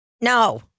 No